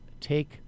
take